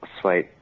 Sweet